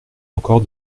encore